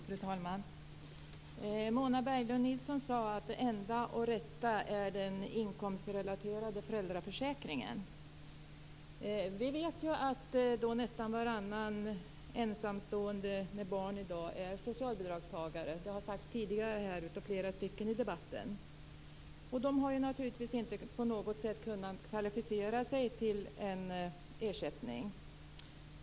Fru talman! Mona Berglund Nilsson sade att det enda och rätta är den inkomstrelaterade föräldraförsäkringen. Vi vet att nästan varannan ensamstående med barn i dag är socialbidragstagare. Det har sagts tidigare av flera i debatten. De har naturligtvis inte på något sätt kunnat kvalificera sig till en ersättning.